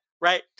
Right